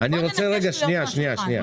אז בוא ננקה שטויות מהשולחן.